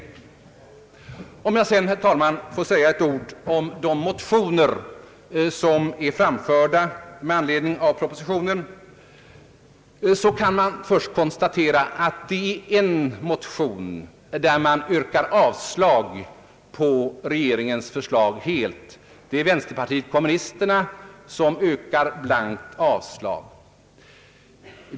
För att sedan, herr talman, säga några ord om de motioner som föreligger med anledning av propositionen kan jag konstatera att en enda motion helt yrkar avslag på regeringens förslag, och bakom den står vänsterpartiet kommunisterna.